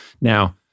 Now